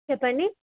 చెప్పండి